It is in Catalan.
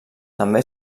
també